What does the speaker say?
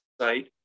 site